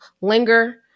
linger